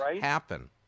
happen